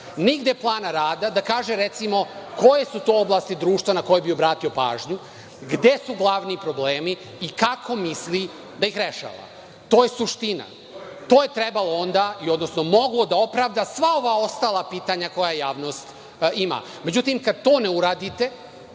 nigde plana rada da kaže, recimo koje su to oblasti društva na koje bi obratio pažnju, gde su glavni problemi i kako misli da ih rešava? To je suština, to je moglo da opravda sva ova ostala pitanja koja javnost ima. Međutim, kada to ne uradite